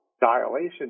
dilation